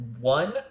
One